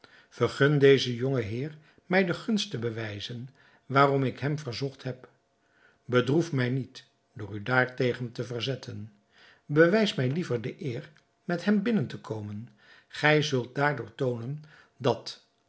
vergun dezen jongen heer mij de gunst te bewijzen waarom ik hem verzocht heb bedroef mij niet door u daartegen te verzetten bewijs mij liever de eer met hem binnen te komen gij zult daardoor toonen dat